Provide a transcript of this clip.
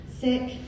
sick